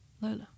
Lola